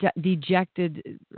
dejected